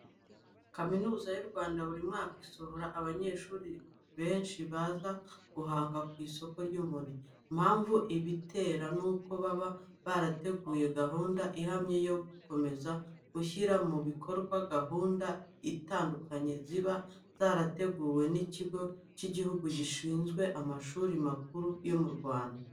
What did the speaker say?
Kaminuza y'u Rwanda, buri mwaka isohora abanyeshuri benshi baza guhanganga ku isoko ry'umurimo. Impamvu ibitera nuko baba barateguye gahunda ihamye yo gukomeza gushyira mu bikorwa gahunda zitandukanye ziba zarateguwe n'ikigo cy'igihugu gishinzwe amashuri makuru yo mu Rwanda.